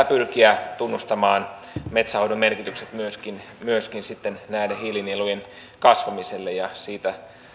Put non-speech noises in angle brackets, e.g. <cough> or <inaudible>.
<unintelligible> pyrkiä tunnustamaan metsänhoidon merkitys myöskin myöskin sitten näiden hiilinielujen kasvamiselle ja siitä